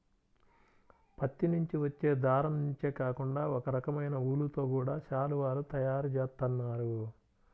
పత్తి నుంచి వచ్చే దారం నుంచే కాకుండా ఒకరకమైన ఊలుతో గూడా శాలువాలు తయారు జేత్తన్నారు